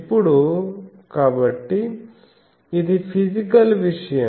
ఇప్పుడు కాబట్టి ఇది ఫీజికల్ విషయం